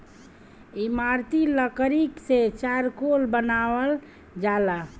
इमारती लकड़ी से चारकोल बनावल जाला